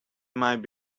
might